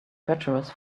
treacherous